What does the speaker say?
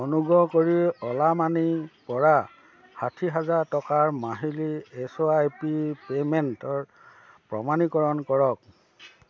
অনুগ্ৰহ কৰি অ'লা মানিৰ পৰা ষাঠী টকাৰ মাহিলী এছ আই পি পে'মেণ্টৰ প্ৰমাণীকৰণ কৰক